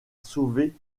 sauvé